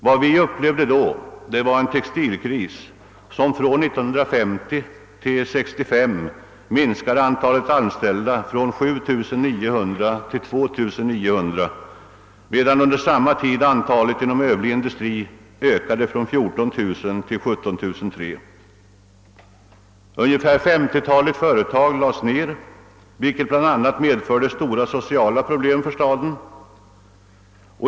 Vad vi upplevde var en textilkris som från 1950 till 1965 minskade antalet anställda från 7900 till 2900, medan under samma tid antalet anställda inom övrig industri ökade från 14 000 till 17 300. Ett femtiotal företag lades ned, vilket bl.a. medförde stora sociala problem för staden.